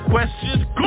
Questions